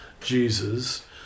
Jesus